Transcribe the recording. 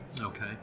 okay